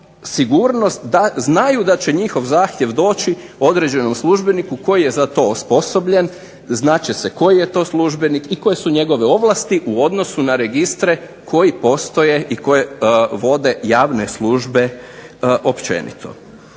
znaju da će njihov zahtjev doći određenom službeniku koji je za to osposobljen, znat će se koji je to službenik i koje su njegove ovlasti u odnosu na registre koji postoje i koje vode javne službe općenito.